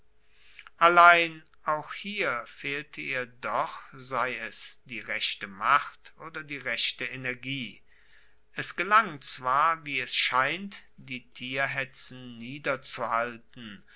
allein auch hier fehlte ihr doch sei es die rechte macht oder die rechte energie es gelang zwar wie es scheint die